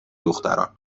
دختران